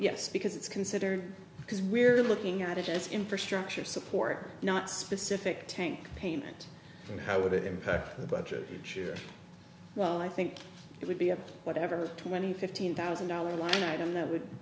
yes because it's considered because we're looking at it as infrastructure support not specific tank payment and how would it impact the budget each year well i think it would be a whatever twenty fifteen thousand dollars line item that would